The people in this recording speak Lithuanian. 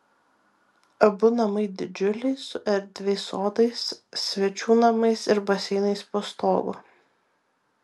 abu namai didžiuliai su erdviais sodais svečių namais ir baseinais po stogu